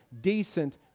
decent